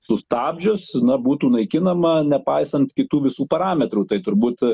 sustabdžius na būtų naikinama nepaisant kitų visų parametrų tai turbūt